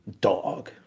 Dog